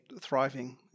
thriving